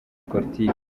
politiki